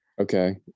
Okay